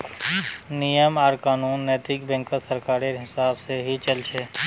नियम आर कानून नैतिक बैंकत सरकारेर हिसाब से ही चल छ